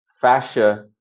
fascia